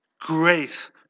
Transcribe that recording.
Grace